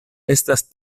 estas